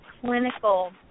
clinical